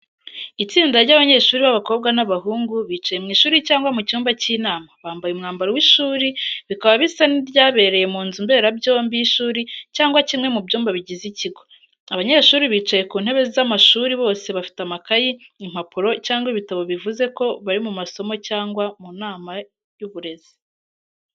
Itsinda ry'abanyeshuri b'abakobwa n'abahungu bicaye mu ishuri cyangwa mu cyumba cy'inama, bambaye umwambaro w’ishuri bikaba bisa n’ibyabereye mu nzu mbera byombi y'ishuri cyangwa kimwe mu byumba bigize ikigo. Abanyeshuri bicaye ku ntebe z’amashuri bose bafite amakayi, impapuro cyangwa ibitabo bivuze ko bari mu masomo cyangwa mu nama y’uburezi.